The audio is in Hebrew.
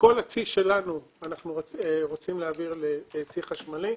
כל הצי שלנו, אנחנו רוצים להעביר לצי חשמלי.